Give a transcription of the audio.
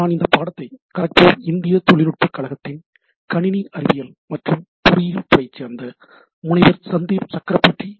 நான் இந்த பாடத்தை கரக்பூர் இந்திய தொழில்நுட்பக் கழகத்தின் கணினி அறிவியல் மற்றும் பொறியியல் துறையைச் சார்ந்த முனைவர் சந்தீப் சக்கரபோர்ட்டி Dr